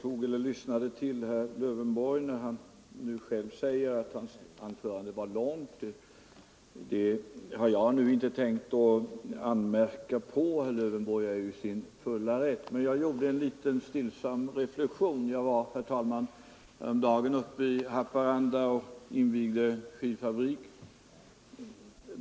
Herr talman! Herr Lövenborg sade själv att hans anförande var långt. Det har jag nu inte tänkt anmärka på — herr Lövenborg är i sin fulla rätt att tala länge — men jag gjorde en liten stillsam reflexion. Jag var, herr talman, häromdagen uppe i Haparanda och invigde en skidfabrik.